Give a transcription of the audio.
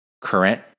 current